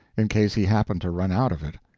in case he happened to run out of it.